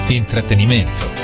intrattenimento